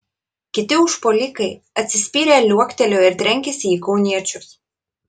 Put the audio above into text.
kiti užpuolikai atsispyrę liuoktelėjo ir trenkėsi į kauniečius